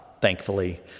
thankfully